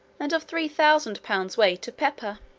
and of three thousand pounds weight of pepper.